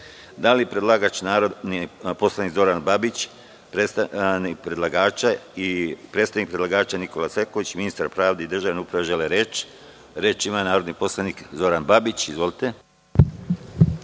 li predlagač narodni poslanik Zoran Babić i predstavnik predlagača Nikola Selaković, ministar pravde i državne uprave, žele reč? (Da.)Reč ima narodni poslanik Zoran Babić. Izvolite.